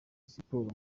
siporo